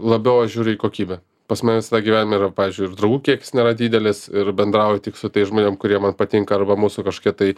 labiau aš žiūriu į kokybę pas mane visada gyvenime yra pavyzdžiui ir draugų kiekis nėra didelis ir bendrauju tik su tais žmonėm kurie man patinka arba mūsų kažkokie tai